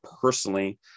personally